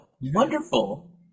wonderful